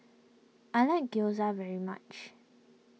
I like Gyoza very much